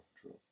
true